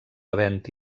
havent